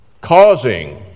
causing